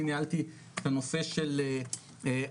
אני ניהלתי את הנושא של הסייבר,